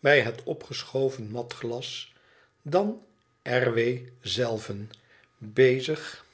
bij het opgeschoven matglas dan r w zelven bezig